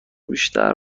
بیشتر